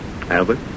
Albert